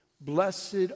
Blessed